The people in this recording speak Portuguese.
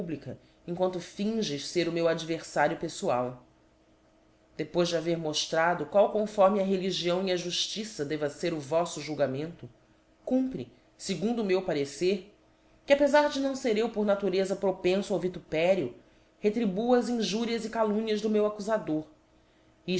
em quanto finges fer o meu adverfario pelfoal depois de haver moftrado qual conforme á religião e á juíliça deva fer o voflb julgamento cumpre fegundo o meu parecer que apefar de não fer eu por natureza propenfo ao vitupério retribua as injurias e calumnias do meu accufador